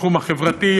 בתחום החברתי,